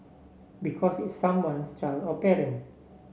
because it's someone's child or parent